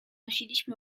znosiliśmy